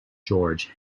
george